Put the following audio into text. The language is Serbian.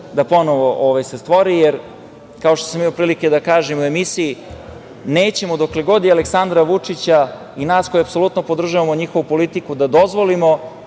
se ponovo stvori, jer kao što sam imao prilike da kažem u emisiji – nećemo dokle god je Aleksandra Vučića i nas koji apsolutno podržavamo njihovu politiku da dozvolimo